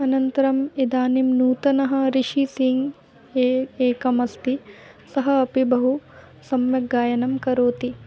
अनन्तरम् इदानीं नूतनः ऋषिः सिङ्ग् यः एकः अस्ति सः अपि बहु सम्यक् गायनं करोति